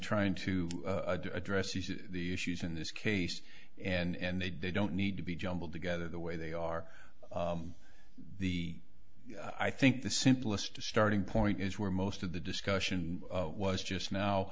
trying to address the issues in this case and they don't need to be jumbled together the way they are the i think the simplest to starting point is where most of the discussion was just now